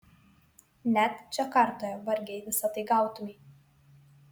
net džakartoje vargiai visa tai gautumei